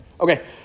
Okay